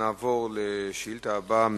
נעבור לשאילתא הבאה,